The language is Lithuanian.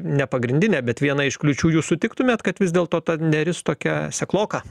ne pagrindinė bet viena iš kliūčių jūs sutiktumėt kad vis dėlto ta neris tokia sekloka